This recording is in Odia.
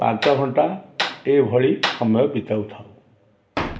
ପାଞ୍ଚ ଘଣ୍ଟା ଏଭଳି ସମୟ ବିତାଉଥାଉ